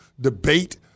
debate